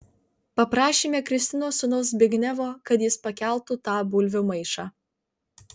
paprašėme kristinos sūnaus zbignevo kad jis pakeltų tą bulvių maišą